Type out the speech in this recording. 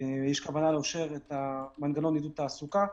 יש כוונה לאשר את מנגנון עידוד התעסוקה,